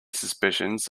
suspicions